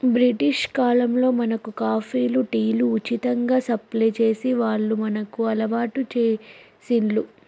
British కాలంలో మనకు కాఫీలు, టీలు ఉచితంగా సప్లై చేసి వాళ్లు మనకు అలవాటు చేశిండ్లు